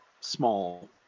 small